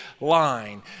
line